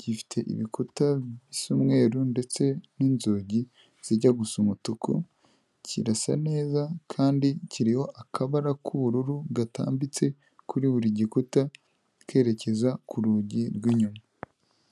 gifite ibikuta bisa umweru ndetse n'inzugi zijya gusa umutuku, kirasa neza kandi kiriho akabara k'ubururu gatambitse kuri buri gikuta, kerekeza ku rugi rw'inyuma.